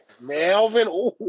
Melvin